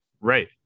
Right